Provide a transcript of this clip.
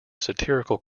satirical